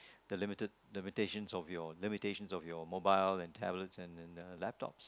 the limited the limitations of your limitations of your mobile and tablets and laptops